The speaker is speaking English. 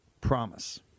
promise